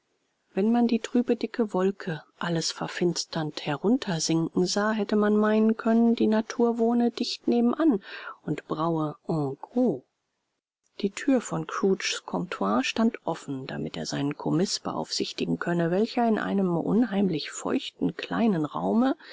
wenn man die trübe dicke wolke alles verfinsternd heruntersinken sah hätte man meinen können die natur wohne dicht nebenan und braue en gros die thür von scrooges comptoir stand offen damit er seinen commis beaufsichtigen könne welcher in einem unheimlich feuchten kleinen raume